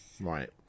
Right